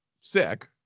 sick